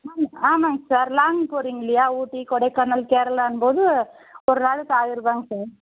ஆமாம் ஆமாங்க sir long போகிறிங்க இல்லையா ஊட்டி கொடைக்கானல் கேரளான்னும்போது ஒரு நாளுக்கு ஆயிரரூபாங்க சார்